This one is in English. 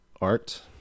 art